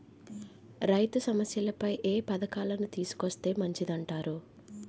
రైతు సమస్యలపై ఏ పథకాలను తీసుకొస్తే మంచిదంటారు?